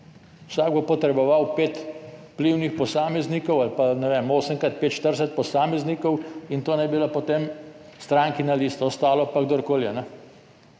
Vsak bo potreboval pet vplivnih posameznikov ali pa, ne vem, 8 krat 5, 40 posameznikov in to naj bi bilo potem strankina lista, ostalo pa kdorkoli.